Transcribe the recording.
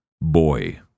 Boy